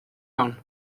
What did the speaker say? iawn